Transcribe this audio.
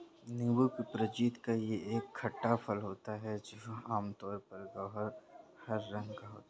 नींबू की प्रजाति का यह एक खट्टा फल होता है जो आमतौर पर गहरे हरे रंग का होता है